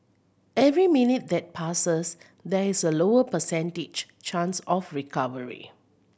every minute that passes there is a lower percentage chance of recovery